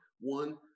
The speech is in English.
one